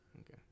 Okay